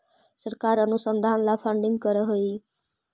सरकार अनुसंधान ला फंडिंग करअ हई